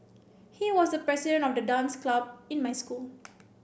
he was the president of the dance club in my school